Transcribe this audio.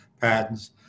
patents